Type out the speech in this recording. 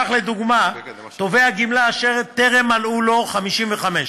כך, לדוגמה, תובע גמלה אשר טרם מלאו לו 55,